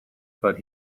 but